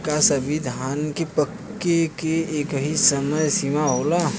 का सभी धान के पके के एकही समय सीमा होला?